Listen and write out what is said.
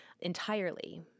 entirely